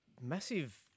Massive